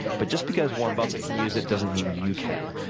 but just because warren buffett can use it doesn't mean you can.